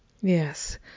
yes